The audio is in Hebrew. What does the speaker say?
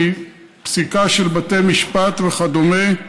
מפסיקה של בתי משפט וכדומה,